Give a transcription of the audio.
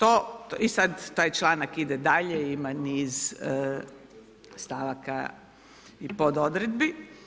I sad taj članak ide dalje, ima niz stavaka i pododredbi.